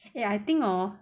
ya I think hor